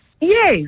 Yes